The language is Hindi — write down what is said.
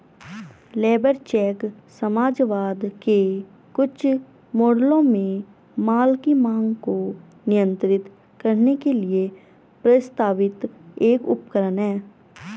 लेबर चेक समाजवाद के कुछ मॉडलों में माल की मांग को नियंत्रित करने के लिए प्रस्तावित एक उपकरण है